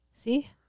See